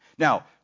Now